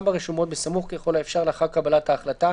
ברשומות בסמוך ככל האפשר לאחר קבלת ההחלטה,